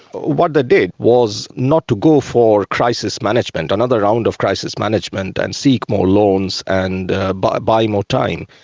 what they did was not to go for crisis management, another round of crisis management, and seek more loans and buy buy more time.